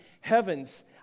heavens